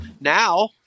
now